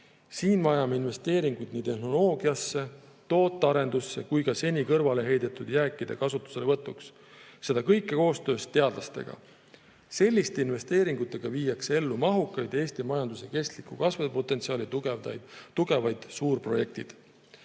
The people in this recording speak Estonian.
Siin vajame investeeringuid nii tehnoloogiasse, tootearendusse kui ka seni kõrvaleheidetud jääkide kasutusele võtmiseks, seda kõike koostöös teadlastega. Selliste investeeringutega viiakse ellu mahukad, Eesti majanduse kestliku kasvu potentsiaali tugevdavad suurprojektid.